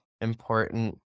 important